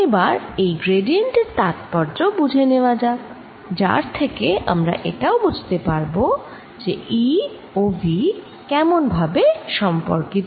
এবার এই গ্র্যাডিয়েন্ট এর তাৎপর্য বুঝে নেওয়া যাক যার থেকে আমরা এটাও বুঝতে পারব যে E ও V কেমন ভাবে সম্পর্কিত